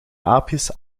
aapjes